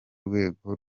rwego